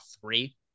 three